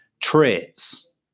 traits